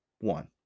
One